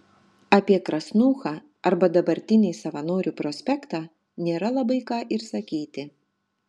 apie krasnūchą arba dabartinį savanorių prospektą nėra labai ką ir sakyti